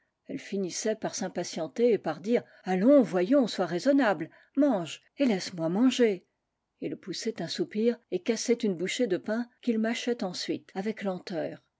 elle finissait par s'impatienter et par dire allons voyons sois raisonnable mancre et laisse-moi manger il poussait un soupir et cassait une bouchée de pain qu'il mâchait ensuite avec lenteur